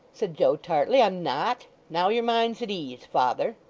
said joe, tartly i'm not. now your mind's at ease, father